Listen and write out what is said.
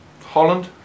Holland